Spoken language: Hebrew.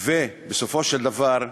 ובסופו של דבר,